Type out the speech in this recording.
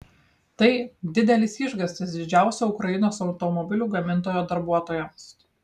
tai didelis išgąstis didžiausio ukrainos automobilių gamintojo darbuotojams